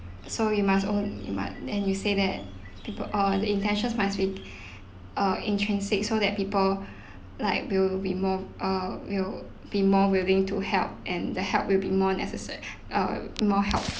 so we must own we mu~ t and you say that people uh the intentions must with uh intrinsic so that people like will be more uh will be more willing to help and the help will be more necessary uh more helpful